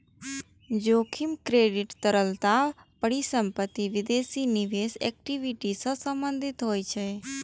जोखिम क्रेडिट, तरलता, परिसंपत्ति, विदेशी निवेश, इक्विटी सं संबंधित होइ छै